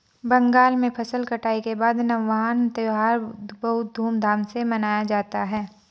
बंगाल में फसल कटाई के बाद नवान्न त्यौहार बहुत धूमधाम से मनाया जाता है